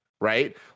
right